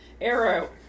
Arrow